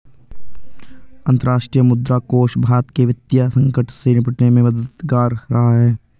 अंतर्राष्ट्रीय मुद्रा कोष भारत के वित्तीय संकट से निपटने में मददगार रहा है